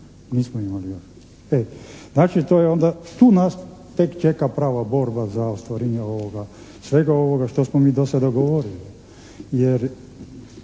Nismo imali još. Znači, tu nas tek čeka prava borba za ostvarenje svega ovoga što smo mi dosad dogovorili jer